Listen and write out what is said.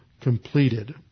completed